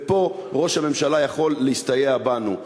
ופה ראש הממשלה יכול להסתייע בנו.